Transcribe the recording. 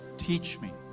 teach me